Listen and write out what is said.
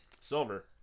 Silver